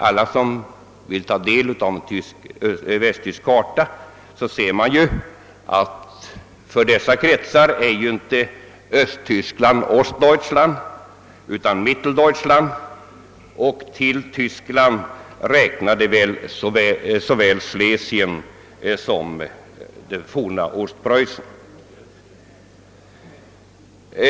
Alla de som tar del av en västtysk karta kan se att för dessa kretsar är inte Östtyskland Ostdeutschland utan Mitteldeutschland och till Tyskland räknar de såväl Schlesien som det forna Ostpreussen.